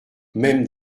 même